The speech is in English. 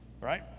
right